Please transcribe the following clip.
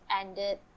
ended